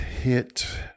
hit